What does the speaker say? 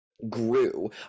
grew